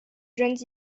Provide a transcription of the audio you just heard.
jeunes